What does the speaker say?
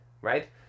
right